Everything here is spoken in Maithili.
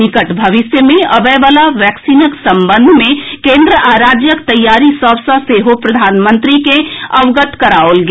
निकट भविष्य मे अबयवला वैक्सीनक संबंध मे केन्द्र आ राज्यक तैयारी सभ सँ सेहो प्रधानमंत्री के अवगत कराओल गेल